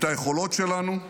את היכולות שלנו,